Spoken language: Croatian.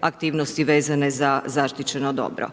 aktivnosti vezane za zaštićeno dobro.